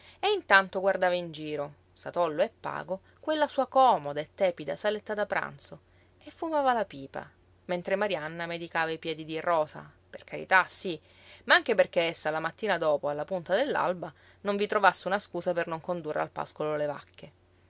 e intanto guardava in giro satollo e pago quella sua comoda e tepida saletta da pranzo e fumava la pipa mentre marianna medicava i piedi di rosa per carità sí ma anche perché essa la mattina dopo alla punta dell'alba non vi trovasse una scusa per non condurre al pascolo le vacche